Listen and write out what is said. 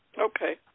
Okay